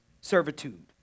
servitude